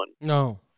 No